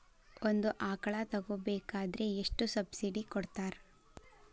ಒಂದು ಆಕಳ ತಗೋಬೇಕಾದ್ರೆ ಎಷ್ಟು ಸಬ್ಸಿಡಿ ಕೊಡ್ತಾರ್?